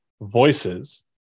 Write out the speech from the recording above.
voices